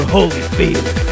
Holyfield